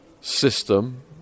system